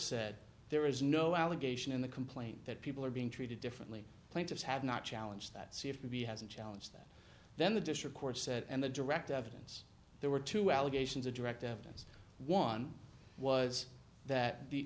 said there is no allegation in the complaint that people are being treated differently plaintiffs have not challenge that c f b hasn't challenge that then the district court said and the direct evidence there were two allegations of direct evidence one was that the